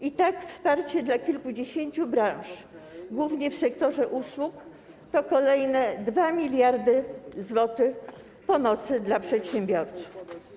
I tak, wsparcie dla kilkudziesięciu branż, głównie w sektorze usług, to kolejne 2 mld zł pomocy dla przedsiębiorców.